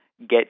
get